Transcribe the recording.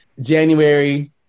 january